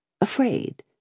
Afraid